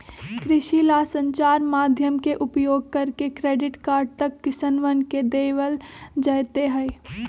कृषि ला संचार माध्यम के उपयोग करके क्रेडिट कार्ड तक किसनवन के देवल जयते हई